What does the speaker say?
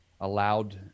allowed